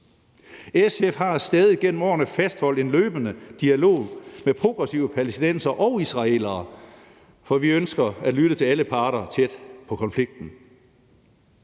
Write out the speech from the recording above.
SF har stædigt gennem årene fastholdt en løbende dialog med progressive palæstinensere og israelere, for vi ønsker at lytte til alle parter tæt på konflikten.